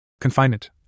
confinement